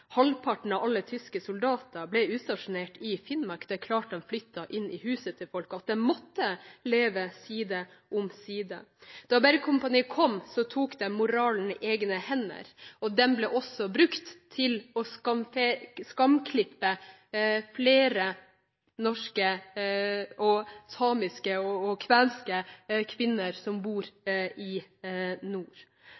Halvparten av alle tyske soldater ble utstasjonert i Finnmark; det er klart at de flyttet inn i husene til folk, at de måtte leve side om side. Da bergkompaniet kom, tok de moralen i egne hender – og den ble også brukt til å skamklippe flere norske, samiske og kvenske kvinner som bor i nord,